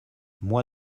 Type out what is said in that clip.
moi